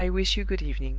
i wish you good-evening.